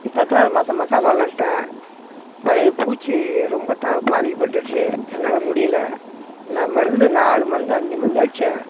பத்தாவது மாதம் மக்காசோளம் நட்டேன் பயி பூச்சி ரொம்ப தா பாதிக்கப்பட்டிடுச்சு என்னால் முடியல நான் மருந்து நாலு மருந்து அஞ்சு மருந்து அடித்தேன்